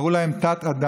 קראו להם תת-אדם,